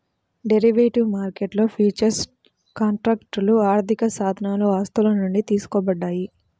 derivative మార్కెట్లో futures కాంట్రాక్ట్లు ఆర్థికసాధనాలు ఆస్తుల నుండి తీసుకోబడ్డాయి